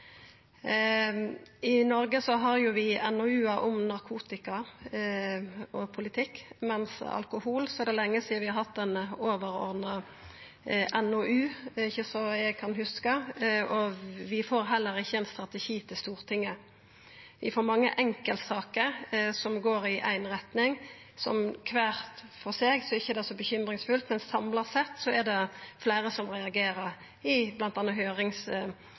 I Noreg har vi NOU-ar om narkotika og politikk, men når det gjeld alkohol, er det lenge sidan vi har hatt ein overordna NOU, ikkje som eg kan hugsa. Vi får heller ikkje ein strategi til Stortinget. For mange enkeltsaker som kvar for seg går i éi retning, er det ikkje så bekymringsfullt, men samla sett er det fleire som reagerer, bl.a. i